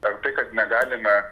ar tai kad negalime